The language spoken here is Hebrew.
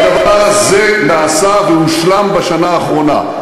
והדבר הזה נעשה והושלם בשנה האחרונה.